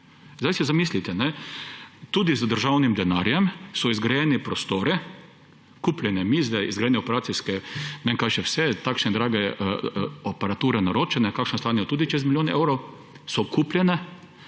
Zdaj si zamislite, tudi z državnim denarjem so izgrajeni prostori, kupljene mize, operacijske, in ne vem kaj še vse, kakšne drage aparature naročene, kakšne stanejo tudi čez milijon evrov, so kupljene.